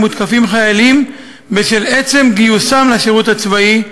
מותקפים חיילים בשל עצם גיוסם לשירות הצבאי,